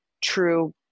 true